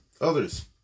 others